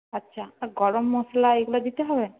আচ্ছা আর গরম মশলা এগুলো দিতে হবে